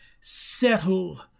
settle